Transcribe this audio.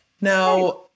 now